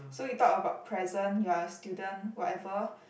so you talk about present you are a student whatever